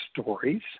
stories